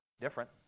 different